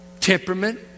temperament